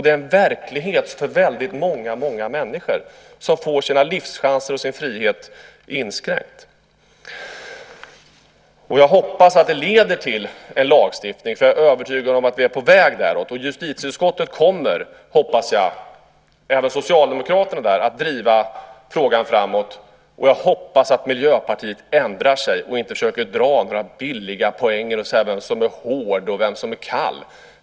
Det är en verklighet för väldigt många människor som får sina livschanser och sin frihet inskränkta. Jag hoppas att det leder till en lagstiftning. Jag är övertygad om att vi är på väg däråt. Justitieutskottet kommer, hoppas jag, även socialdemokraterna där, att driva frågan framåt. Jag hoppas att Miljöpartiet ändrar sig och inte försöker dra några billiga poänger och säga vem som är hård och vem som är kall.